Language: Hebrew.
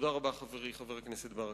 תודה רבה, חברי חבר הכנסת ברכה.